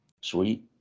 Sweet